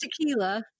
Tequila